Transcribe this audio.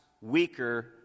weaker